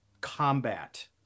combat